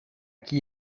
qui